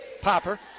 Popper